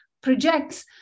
projects